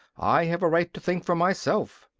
i have a right to think for myself.